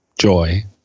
joy